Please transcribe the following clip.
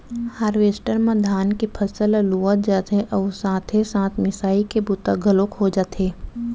harvester म धान के फसल ल लुवत जाथे अउ साथे साथ मिसाई के बूता घलोक हो जाथे